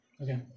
okay